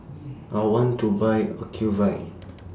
I want to Buy Ocuvite